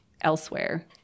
elsewhere